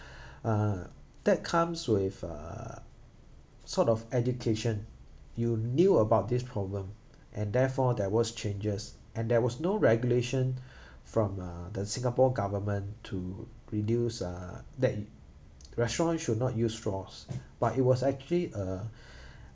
uh that comes with uh sort of education you knew about this problem and therefore there was changes and there was no regulation from uh the singapore government to reduce uh that restaurants should not use straws but it was actually uh